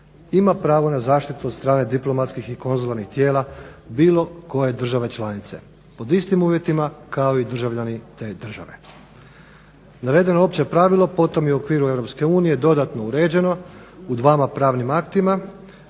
ima pravo na zaštitu od strane diplomatskih i konzularnih tijela bilo koje države članice pod istim uvjetima kao i državljani te države. Dakle danom pristupanja RH EU Hrvatskoj diplomatskoj misiji i konzularnim uredima